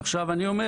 עכשיו אני אומר